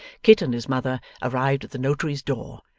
kit and his mother arrived at the notary's door,